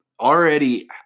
already